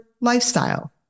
lifestyle